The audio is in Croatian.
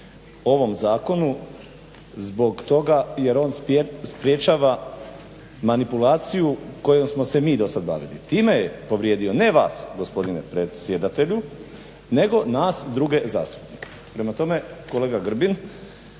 ovom zakonu i zbog toga jer on sprječava manipulaciju kojom smo se mi do sada bavili. Time je povrijedio ne vas gospodine predsjedatelju nego nas druge zastupnike. Prema tome, kolega Grbin